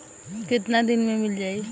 कितना दिन में मील जाई?